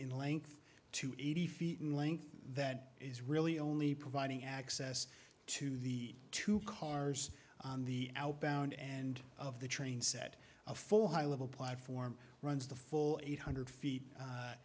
in length to eighty feet in length that is really only providing access to the two cars on the outbound end of the train set a full high level platform runs the full eight hundred feet